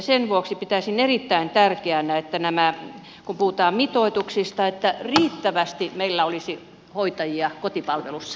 sen vuoksi pitäisin erittäin tärkeänä että kun puhutaan mitoituksista meillä olisi riittävästi hoitajia kotipalvelussa